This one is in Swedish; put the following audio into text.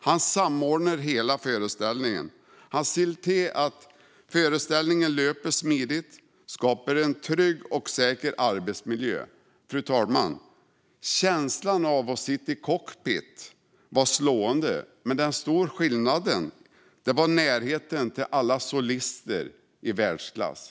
Han samordnar hela föreställningen, ser till att föreställningen löper smidigt och skapar en trygg och säker arbetsmiljö. Fru talman! Känslan av att sitta i cockpit var slående, men den stora skillnaden var närheten till alla solister i världsklass.